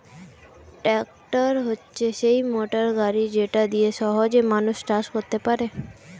tractor হচ্ছে সেই motor গাড়ি যেটা দিয়ে সহজে মানুষ চাষ করতে পারে